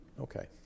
Okay